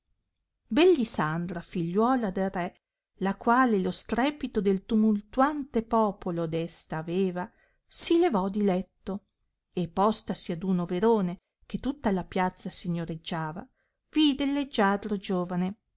bellisandra figliuola del he la quale lo strepito del tumultuante popolo desta aveva si levò di letto e postasi ad uno verone che tutta la piazza signoreggiava vide il leggiadro giovane